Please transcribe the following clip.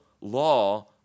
law